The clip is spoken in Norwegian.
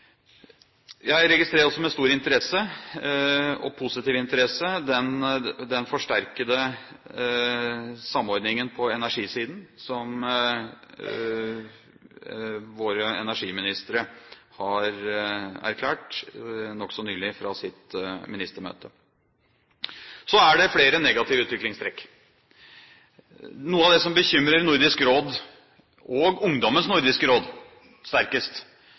Jeg registrerer også med stor og positiv interesse den forsterkede samordningen på energisiden som våre energiministre har erklært nokså nylig fra sitt ministermøte. Så er det flere negative utviklingstrekk. Noe av det som bekymrer Nordisk Råd og Ungdommens Nordiske Råd sterkest,